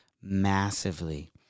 massively